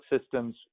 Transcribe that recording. systems